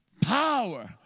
Power